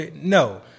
No